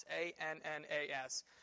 A-N-N-A-S